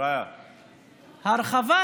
הרחבת